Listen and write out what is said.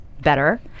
better